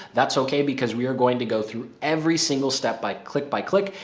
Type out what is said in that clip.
that's okay, because we are going to go through every single step by click by click.